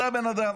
זה הבן אדם.